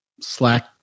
Slack